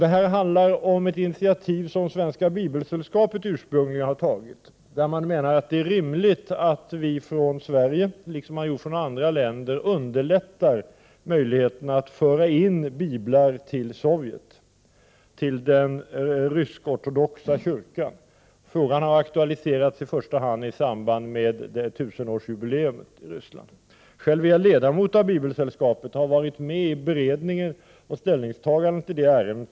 Det handlar ursprungligen om ett initiativ som Svenska bibelsällskapet har tagit. Man menar att det är rimligt att vi från Sverige liksom man gjort från andra länder underlättar möjligheterna att föra in biblar till den ryska ortodoxa kyrkan i Sovjet. Frågan har aktualiserats i första hand i samband med 1000-årsjubileet i Ryssland. Själv är jag ledamot av Bibelsällskapet och har varit med i beredningen och ställningstagandet i det här ärendet.